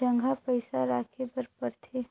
जघा पइसा राखे बर परथे